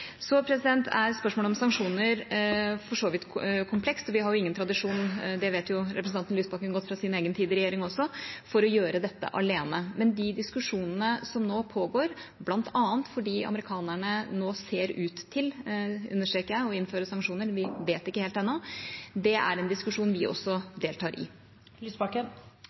Så er spørsmålet om sanksjoner for så vidt komplekst, og vi har ingen tradisjon for – det vet representanten Lysbakken godt fra sin egen tid i regjering også – å gjøre dette alene. Men de diskusjonene som nå pågår bl.a. fordi amerikanerne nå ser ut til , understreker jeg, å innføre sanksjoner – vi vet ikke helt ennå – er diskusjoner vi også deltar i. Audun Lysbakken